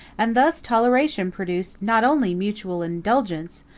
and thus toleration produced not only mutual indulgence,